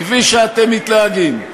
שאתם מתנהגים.